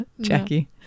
Jackie